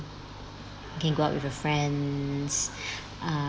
you can go out with your friends uh